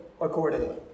accordingly